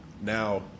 now